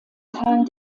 karl